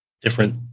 different